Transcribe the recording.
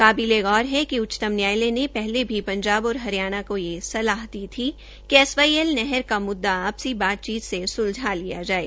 काबिलेगौर है कि उच्चतम न्यायालय ने पहले भी पंजबा और हरियाणा को यह सलाह दी थी कि एसवाईएल नहर का मुद्दा आपसी बातचीत से सुलझा लिया जाये